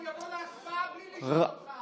אני אבוא להצבעה בלי לשאול אותך.